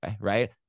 Right